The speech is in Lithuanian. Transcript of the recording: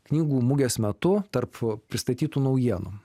knygų mugės metu tarp pristatytų naujienų